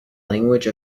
language